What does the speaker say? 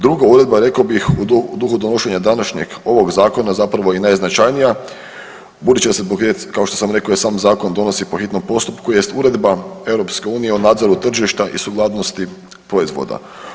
Druga uredba rekao bih u duhu donošenja današnjeg ovog zakona zapravo i najznačajnija, budući da se kao što sam rekao i sam zakon donosi po hitnom postupku jest Uredba Europske unije o nadzoru tržišta i sukladnosti proizvoda.